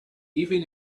even